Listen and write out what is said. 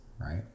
right